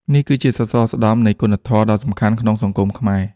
នេះគឺជាសសរស្តម្ភនៃគុណធម៌ដ៏សំខាន់ក្នុងសង្គមខ្មែរ។